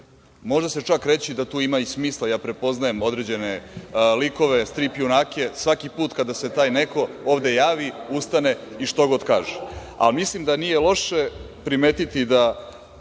Može se čak reći da tu ima i smisla. Prepoznajem određene likove, strip junake, svaki put kada se taj neko ovde javi, ustane i što god kaže. Mislim da nije loše primetiti i